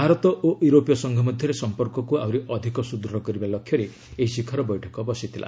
ଭାରତ ଓ ୟୁରୋପୀୟ ସଂଘ ମଧ୍ୟରେ ସମ୍ପର୍କକୁ ଆହୁରି ଅଧିକ ସୁଦୃଢ଼ କରିବା ଲକ୍ଷ୍ୟରେ ଏହି ଶିଖର ବୈଠକ ବସିଥିଲା